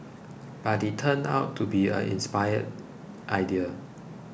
but it turned out to be an inspired idea